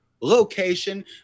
location